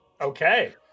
Okay